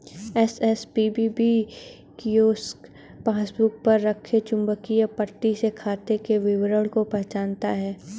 SSPBP kiosk passbook पर रखे चुंबकीय पट्टी से खाते के विवरण को पहचानता है